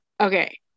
Okay